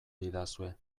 didazue